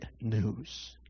news